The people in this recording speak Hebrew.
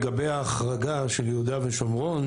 לגבי ההחרגה של יהודה ושומרון,